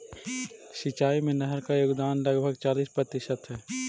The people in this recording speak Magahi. सिंचाई में नहर के योगदान लगभग चालीस प्रतिशत हई